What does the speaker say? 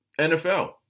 NFL